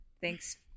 thanks